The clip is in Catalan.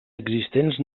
existents